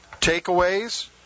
takeaways